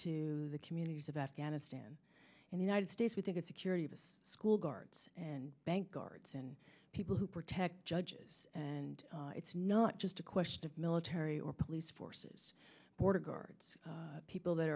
to the communities of afghanistan and the united states we think it security of this school guards and bank guards and people who protect judges and it's not just a question of military or police forces border guards people that